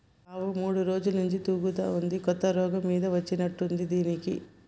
ఈ ఆవు మూడు రోజుల నుంచి తూగుతా ఉంది కొత్త రోగం మీద వచ్చినట్టుంది దీనికి